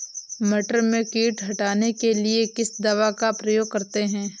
मटर में कीट हटाने के लिए किस दवा का प्रयोग करते हैं?